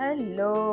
Hello